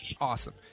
Awesome